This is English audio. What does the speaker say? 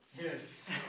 Yes